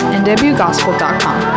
nwgospel.com